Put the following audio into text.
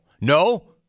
No